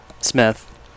Smith